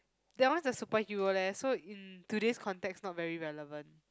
that one is a superhero leh so in today's context not very relevant